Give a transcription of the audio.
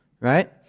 right